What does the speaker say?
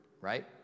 right